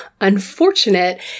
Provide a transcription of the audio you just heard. unfortunate